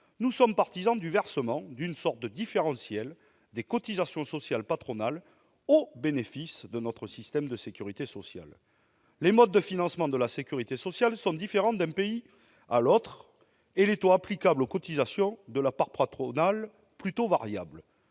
nous sommes partisans du versement d'une sorte de différentiel des cotisations sociales patronales, au bénéfice de notre système de sécurité sociale. Les modes de financement de la sécurité sociale sont différents d'un pays l'autre et les taux applicables aux cotisations de la part patronale plutôt variables.